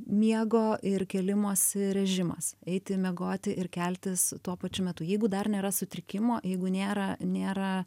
miego ir kėlimosi rėžimas eiti miegoti ir keltis tuo pačiu metu jeigu dar nėra sutrikimo jeigu nėra nėra